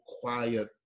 quiet